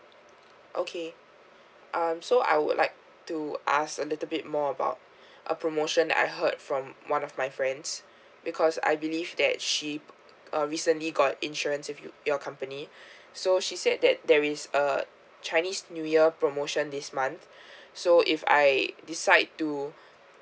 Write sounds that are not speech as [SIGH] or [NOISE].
okay um so I would like to ask a little bit more about [BREATH] a promotion I heard from one of my friends because I believe that she uh recently got insurance with you your company [BREATH] so she said that there is a chinese new year promotion this month [BREATH] so if I decide to